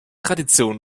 tradition